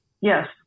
Yes